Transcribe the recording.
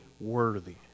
worthy